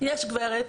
יש גברת